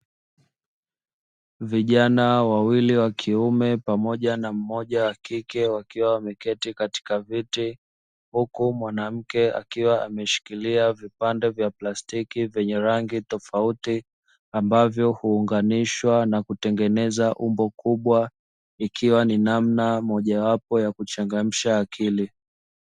Vijana wawili wa kiume pamoja na mmoja wakike wakiwa wameketi katika viti huku mwanamke akiwa ameshikilia vipande vya plastiki vyenye rangi tofauti, ambavyo huunganishwa na kutengeneza umbo kubwa ikiwa ni namna moja wapo ya kuchangamsha akili.